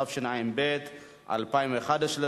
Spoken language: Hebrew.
התשע"ב 2011,